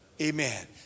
Amen